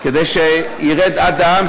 כדי שירד עד העם,